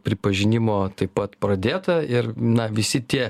pripažinimo taip pat pradėta ir na visi tie